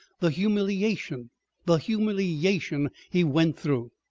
the humiliation the humiliation! he went through.